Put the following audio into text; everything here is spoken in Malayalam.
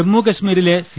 ജമ്മു കശ്മീരിലെ സി